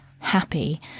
Happy